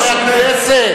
הוא תמיד טוב לצוותים כאלה.